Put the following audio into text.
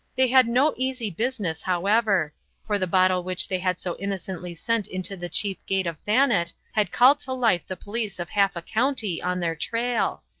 they had no easy business, however for the bottle which they had so innocently sent into the chief gate of thanet had called to life the police of half a county on their trail.